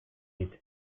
dit